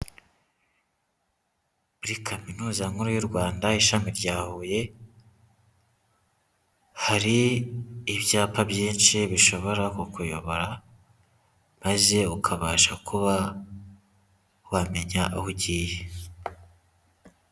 Kuri Kaminuza nkuru y'u Rwanda, ishami rya Huye, hari ibyapa byinshi bishobora kukuyobora maze ukabasha kuba wamenya aho ugiye.